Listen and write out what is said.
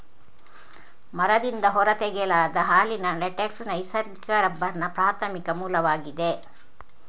ಮರದಿಂದ ಹೊರ ತೆಗೆಯಲಾದ ಹಾಲಿನ ಲ್ಯಾಟೆಕ್ಸ್ ನೈಸರ್ಗಿಕ ರಬ್ಬರ್ನ ಪ್ರಾಥಮಿಕ ಮೂಲವಾಗಿದೆ